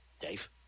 Dave